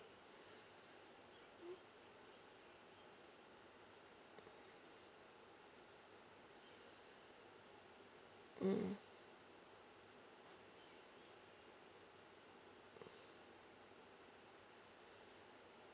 mm